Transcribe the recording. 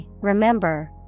remember